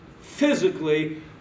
physically